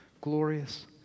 glorious